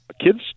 Kids